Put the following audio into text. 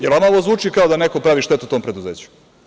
Jel vama ovo zvuči kao da neko pravi štetu tom preduzeću?